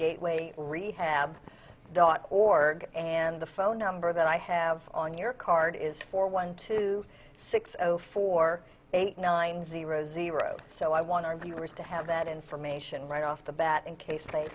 gateway rehab dot org and the phone number that i have on your card is for one two six zero four eight nine zero zero so i want our viewers to have that information right off the bat in case they